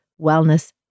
Wellness